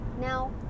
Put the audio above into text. Now